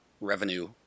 revenue